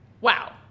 Wow